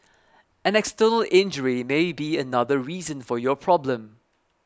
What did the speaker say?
an external injury may be another reason for your problem